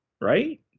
right